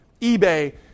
eBay